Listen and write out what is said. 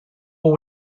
will